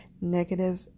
negative